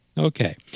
Okay